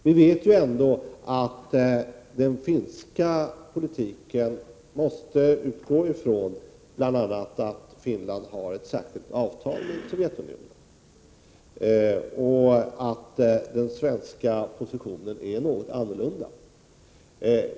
Vi vet ändå att den finska politiken måste utgå ifrån bl.a. att Finland har ett särskilt avtal med Sovjetunionen och att den svenska positionen är något annorlunda.